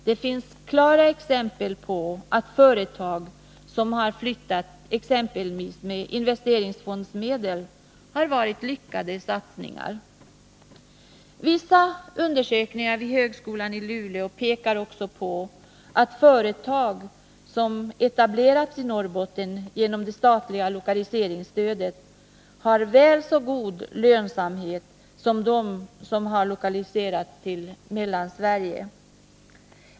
Det finns klara exempel på att företag som har flyttat med investeringsfondsmedel har varit lyckade satsningar. Vissa undersökningar vid högskolan i Luleå pekar också på att företag som etablerats i Norrbotten genom det statliga lokaliseringsstödet har väl så god lönsamhet som de som hade lokaliserats till Mellansverige.